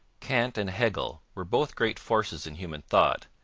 kant and hegel were both great forces in human thought,